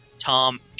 Tom